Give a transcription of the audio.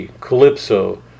Calypso